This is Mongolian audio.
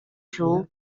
шүү